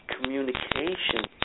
communication